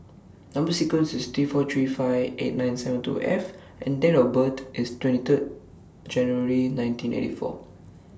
Number sequence IS T four three five eight nine seven two F and Date of birth IS twenty three January nineteen eighty four